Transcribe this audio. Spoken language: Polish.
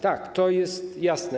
Tak, to jest jasne.